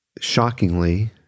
shockingly